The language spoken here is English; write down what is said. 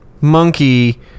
monkey